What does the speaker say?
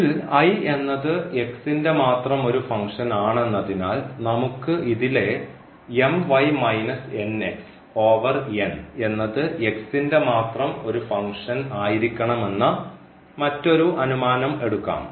ഇതിൽ എന്നത് ന്റെ മാത്രം ഒരു ഫങ്ക്ഷൻ ആണെന്നതിനാൽ നമുക്ക് ഇതിലെ എന്നത് ന്റെ മാത്രം ഒരു ഫങ്ക്ഷൻ ആയിരിക്കണമെന്ന മറ്റൊരു അനുമാനം എടുക്കാം